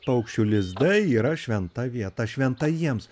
paukščių lizdai yra šventa vieta šventa jiems